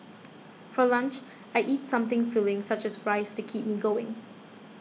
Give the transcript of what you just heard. for lunch I eat something filling such as rice to keep me going